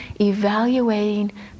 evaluating